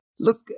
Look